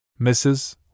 Mrs